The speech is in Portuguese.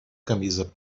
camisa